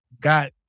got